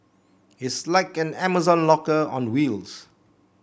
it's like an Amazon locker on wheels